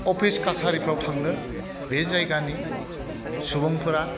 office कासारिफोराव थांनो बे जायगानि सुबुंफोरा